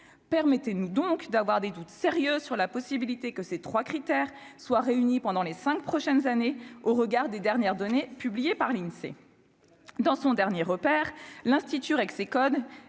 permettez-nous donc d'avoir des doutes sérieux sur la possibilité que ces 3 critères soient réunies pendant les 5 prochaines années, au regard des dernières données publiées par l'Insee dans son dernier repère l'institut Rexecode